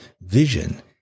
vision